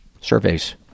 surveys